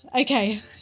okay